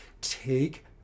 Take